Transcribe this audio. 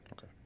Okay